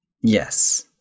Yes